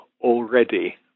already